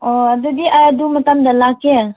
ꯑꯣ ꯑꯗꯨꯗꯤ ꯑꯥ ꯑꯗꯨ ꯃꯇꯝꯗ ꯂꯥꯛꯀꯦ